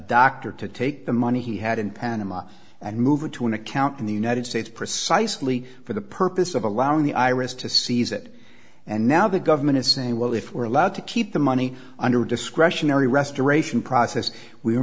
doctor to take the money he had in panama and move it to an account in the united states precisely for the purpose of allowing the iris to seize it and now the government is saying well if we are allowed to keep the money under discretionary restoration process we